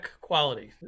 quality